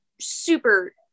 super